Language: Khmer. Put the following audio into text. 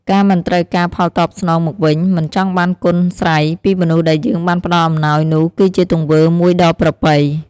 ការមិនត្រូវការផលតបស្នងមកវិញ មិនចង់បានគុណស្រ័យ ពីមនុស្សដែលយើងបានផ្តល់អំណោយនោះគឹជាទង្វើមួយដ៏ប្រពៃ។